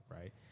right